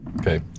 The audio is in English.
Okay